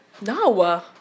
no